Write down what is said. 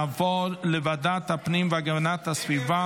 לוועדה שתקבע ועדת הכנסת נתקבלה.